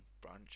branch